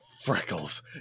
freckles